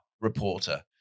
reporter